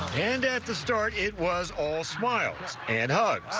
and at the start it. was all smiles and hugs.